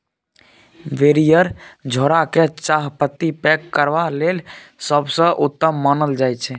barrier झोरा केँ चाहपत्ती पैक करबा लेल सबसँ उत्तम मानल जाइ छै